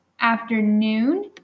afternoon